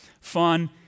fun